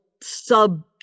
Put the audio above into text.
sub-